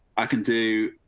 i can do.